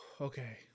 Okay